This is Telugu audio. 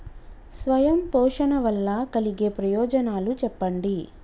స్వయం పోషణ వల్ల కలిగే ప్రయోజనాలు చెప్పండి?